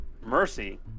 Mercy